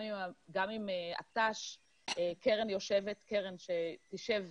גם עם תנאי השירות קרן תשב,